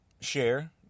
share